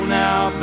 now